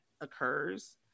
occurs